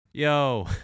Yo